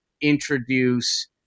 introduce